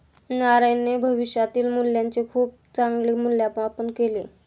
नारायणने भविष्यातील मूल्याचे खूप चांगले मूल्यमापन केले